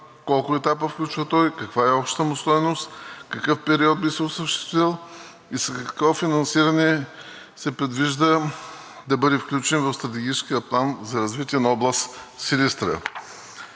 колко етапа включва той, каква е общата му стойност, в какъв период би се осъществил, и с какво финансиране се предвижда да бъде включен в Стратегическия план за развитие на област Силистра?